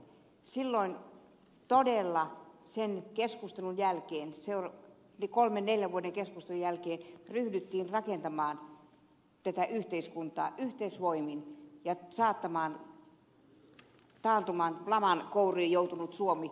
silloin todella sen kolmen neljän vuoden keskustelun jälkeen ryhdyttiin rakentamaan tätä yhteiskuntaa yhteisvoimin ja saattamaan taantuman laman kouriin joutunut suomi raiteilleen